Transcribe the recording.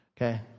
Okay